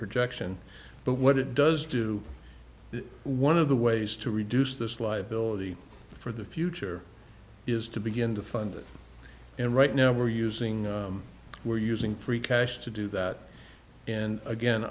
projection but what it does do is one of the ways to reduce this liability for the future is to begin to fund it and right now we're using we're using free cash to do that and again